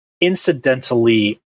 incidentally